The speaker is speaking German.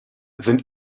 sind